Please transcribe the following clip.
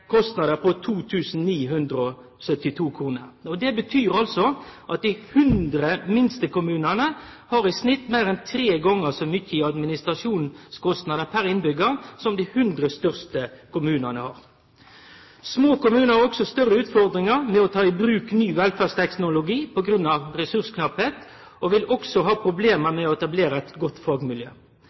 kostnader på 2 972 kr. Det betyr at dei 100 minste kommunane i snitt har meir enn tre gonger så mykje i administrasjonskostnader per innbyggjar enn det dei 100 største kommunane har. Små kommunar har òg større utfordringar med å ta i bruk ny velferdsteknologi på grunn av ressursmangel, og dei vil ha problem med å etablere eit godt